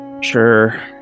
Sure